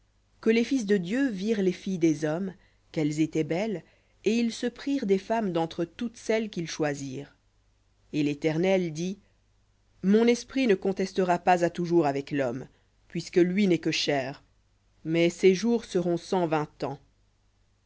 que les fils de dieu virent les filles des hommes qu'elles étaient belles et ils se prirent des femmes d'entre toutes celles qu'ils choisirent et l'éternel dit mon esprit ne contestera pas à toujours avec l'homme puisque lui n'est que chair mais ses jours seront cent vingt ans